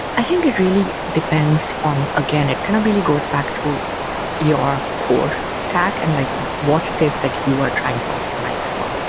i think it really depends on again, it kind of really goes back to your core stack and like what it is that you are trying to optimize for.